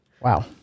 Wow